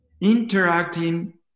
interacting